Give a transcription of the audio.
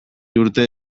urte